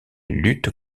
lutte